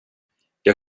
jag